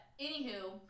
anywho